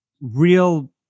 real